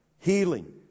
healing